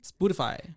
Spotify